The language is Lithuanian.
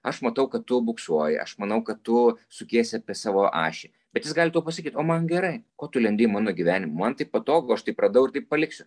aš matau kad tu buksuoji aš manau kad tu sukiesi apie savo ašį bet jis gali tau pasakyt o man gerai ko tu lendi į mano gyvenimą man taip patogu aš taip radau ir taip paliksiu